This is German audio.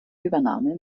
übernahme